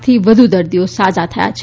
થી વધુ દર્દીઓ સાજા થયા છે